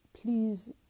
please